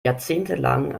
jahrzehntelang